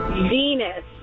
Venus